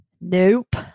Nope